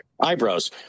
eyebrows